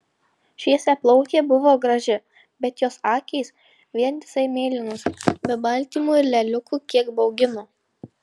šviesiaplaukė buvo graži bet jos akys vientisai mėlynos be baltymų ir lėliukių kiek baugino